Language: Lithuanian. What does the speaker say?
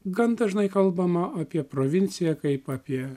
gan dažnai kalbama apie provinciją kaip apie